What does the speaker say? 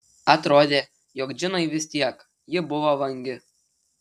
atrodė jog džinai vis tiek ji buvo vangi